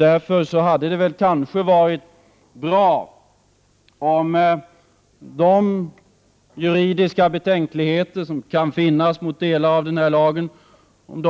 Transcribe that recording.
Därför hade det nog varit bra om de juridiska betänkligheter som kan finnas mot delar av denna lag